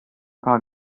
paar